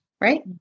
right